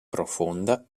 profonda